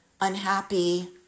unhappy